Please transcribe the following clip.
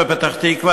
בפתח-תקווה,